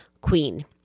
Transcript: queen